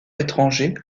étranger